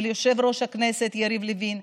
וליושב-ראש הכנסת יריב לוין,